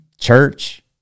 church